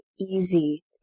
easy